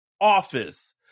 office